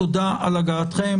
תודה על הגעתכם,